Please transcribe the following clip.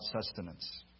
sustenance